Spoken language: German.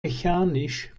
mechanisch